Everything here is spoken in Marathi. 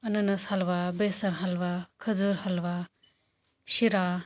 अननस हलवा बेसन हलवा खजूर हलवा शिरा